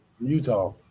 Utah